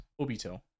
Obito